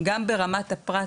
וגם ברמת הפרט,